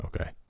Okay